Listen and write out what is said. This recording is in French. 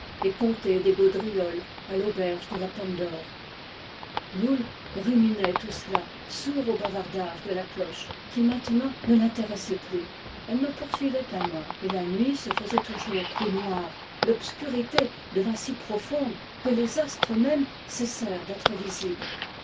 et conter des gaudrioles à l'auberge de la pomme d'or loull ruminait tout cela sourd au bavardage de la cloche qui maintenant ne l'intéressait plus elle n'en pour suivait pas moins et la nuit se faisait toujours plus noire l'obscurité devint si profonde que les astres mêmes cessè rent d'être visibles